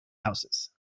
houses